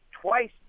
Twice